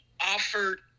offered